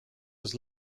was